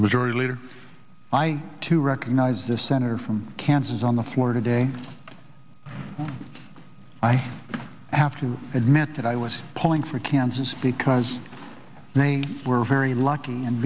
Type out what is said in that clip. leader i too recognize the senator from kansas on the floor today i have to admit that i was pulling for kansas because they were very lucky and